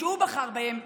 שהוא בחר בהם,